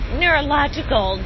neurological